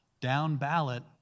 Down-ballot